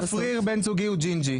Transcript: אתה יודע צפריר בן זוגי הוא ג'ינג'י,